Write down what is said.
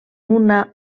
una